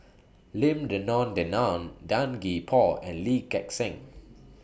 Lim Denan Denon Tan Gee Paw and Lee Gek Seng